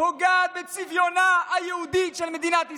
היא פוגעת בצביונה היהודי של מדינת ישראל.